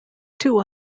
two